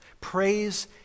Praise